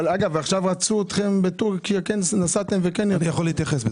אתמול בלילה חזרתי מטורקיה ומה שראיתי שם